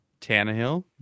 Tannehill